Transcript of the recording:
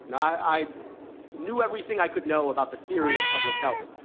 and i knew everything i could know about the theory of public health.